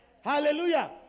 Hallelujah